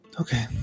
Okay